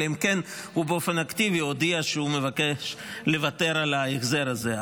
אלא אם הוא באופן אקטיבי הודיע שהוא מבקש לוותר על ההחזר הזה.